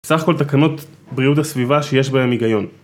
סך כל תקנות בריאות הסביבה שיש בהם היגיון